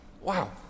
Wow